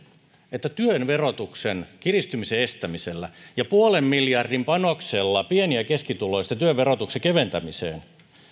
että työn verotuksen kiristymisen estämisellä ja puolen miljardin panoksella pieni ja keskituloisten työn verotuksen keventämiseen